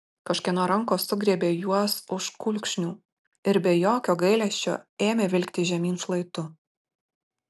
kažkieno rankos sugriebė juos už kulkšnių ir be jokio gailesčio ėmė vilkti žemyn šlaitu